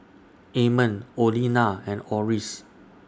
Amon Orlena and Oris